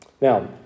Now